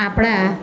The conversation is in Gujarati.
આપણા